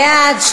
בעד,